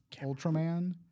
Ultraman